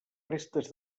restes